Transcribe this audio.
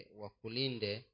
wakulinde